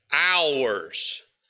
Hours